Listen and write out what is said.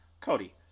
Cody